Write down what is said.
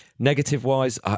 Negative-wise